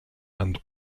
and